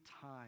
time